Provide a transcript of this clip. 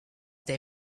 they